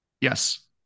Yes